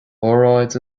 óráid